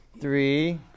Three